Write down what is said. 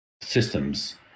systems